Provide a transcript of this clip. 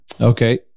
Okay